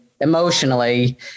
emotionally